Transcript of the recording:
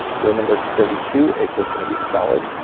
row number thirty two is just gonna be solid.